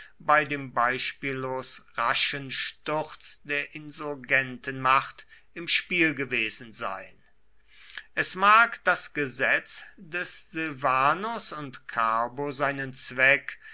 bei dem beispiellos raschen sturz der insurgentenmacht im spiel gewesen sein es mag das gesetz des silvanus und carbo seinen zweck